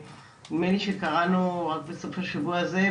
ונדמה לי שקראנו רק בסוף השבוע הזה,